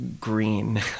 green